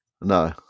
No